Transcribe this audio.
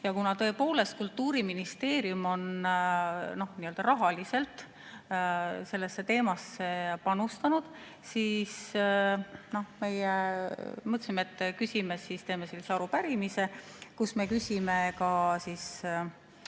Ja kuna tõepoolest Kultuuriministeerium on rahaliselt sellesse teemasse panustanud, siis meie mõtlesime, et teeme sellise arupärimise, kus me küsime asjasse